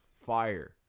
Fire